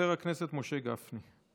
חבר הכנסת משה גפני.